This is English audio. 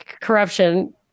corruption